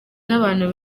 n’abantu